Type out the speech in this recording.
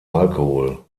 alkohol